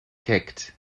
kicked